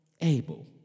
able